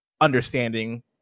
understanding